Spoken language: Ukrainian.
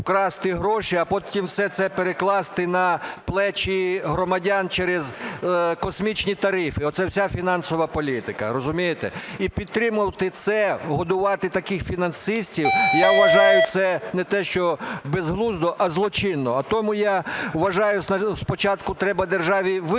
вкрасти гроші, а потім все це перекласти на плечі громадян через космічні тарифи. Оце вся фінансова політика, розумієте? І підтримувати це, годувати таких фінансистів, я вважаю це не те, що безглуздо, а злочинно, а тому, я вважаю, спочатку треба державі визначитись